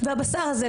והבשר הזה,